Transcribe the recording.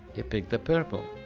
he picked the purple!